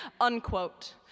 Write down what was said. Unquote